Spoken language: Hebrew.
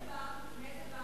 איזה בנק?